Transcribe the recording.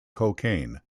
cocaine